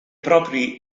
propri